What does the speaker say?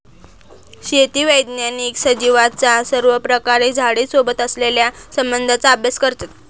शेती वैज्ञानिक सजीवांचा सर्वप्रकारे झाडे सोबत असलेल्या संबंधाचा अभ्यास करतात